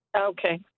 Okay